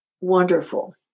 wonderful